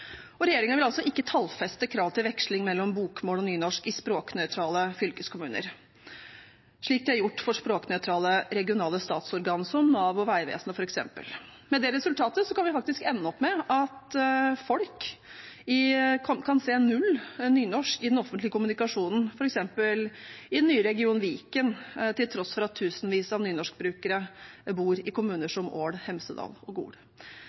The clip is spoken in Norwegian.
vil ikke tallfeste krav til veksling mellom bokmål og nynorsk i språknøytrale fylkeskommuner, slik det er gjort for språknøytrale regionale statsorgan som Nav og Vegvesenet, f.eks. Med det resultatet kan vi faktisk ende opp med at folk kan se null nynorsk i den offentlige kommunikasjonen f.eks. i den nye regionen Viken, til tross for at tusenvis av nynorskbrukere bor i kommuner som Ål, Hemsedal og Gol.